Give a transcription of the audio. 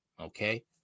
okay